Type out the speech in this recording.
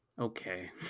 Okay